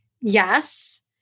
Yes